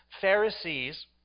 Pharisees